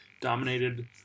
dominated